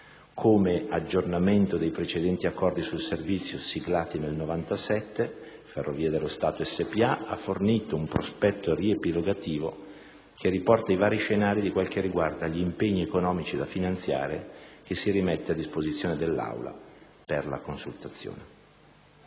come aggiornamento dei precedenti accordi sul servizio siglati nel 1997, Ferrovie dello Stato Spa ha fornito un prospetto riepilogativo che riporta i vari scenari di quel che riguarda gli impegni economici da finanziare, che si rimette a disposizione dell'Aula per la consultazione.